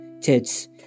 Tits